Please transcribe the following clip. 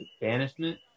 Banishment